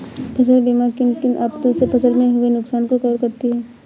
फसल बीमा किन किन आपदा से फसल में हुए नुकसान को कवर करती है